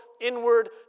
inward